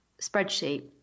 spreadsheet